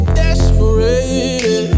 desperate